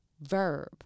verb